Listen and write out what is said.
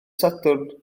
sadwrn